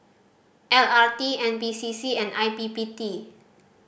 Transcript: L R T N P C C and I P P T